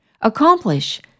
Accomplish